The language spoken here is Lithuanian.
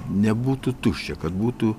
nebūtų tuščia kad būtų